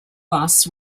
bus